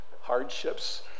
hardships